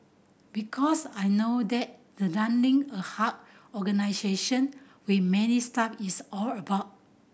because I know that the running a organisation with many staff is all about